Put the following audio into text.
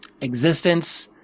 existence